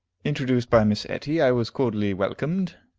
introduced by miss etty, i was cordially welcomed.